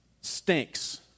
stinks